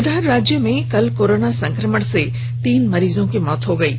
इधर राज्य में कल कोरोना संक्रमण से तीन मरीजों की मौत हो गई है